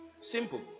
Simple